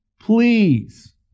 please